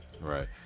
Right